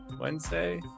Wednesday